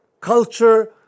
culture